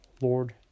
Lord